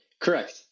Correct